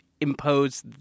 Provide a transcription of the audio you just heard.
impose